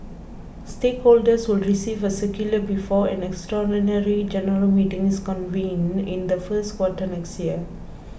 stay holders will receive a circular before an extraordinary general meeting is convened in the first quarter next year